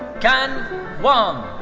can wang.